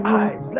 eyes